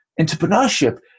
entrepreneurship